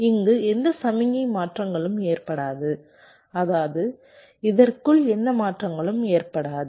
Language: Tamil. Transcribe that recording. இங்கு எந்த சமிக்ஞை மாற்றங்களும் ஏற்படாது அதாவது இதற்குள் எந்த மாற்றங்களும் ஏற்படாது